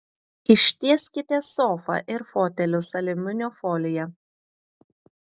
ištieskite sofą ir fotelius aliuminio folija